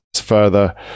further